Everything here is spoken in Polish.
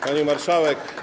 Pani Marszałek!